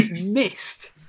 missed